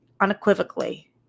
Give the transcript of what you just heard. unequivocally